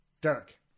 Derek